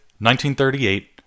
1938